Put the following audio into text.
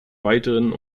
weiteren